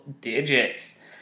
digits